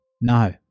no